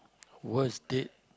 worst date